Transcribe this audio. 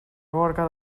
gorga